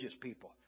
people